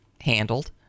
handled